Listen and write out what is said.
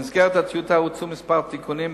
במסגרת הטיוטה הוצעו כמה תיקונים,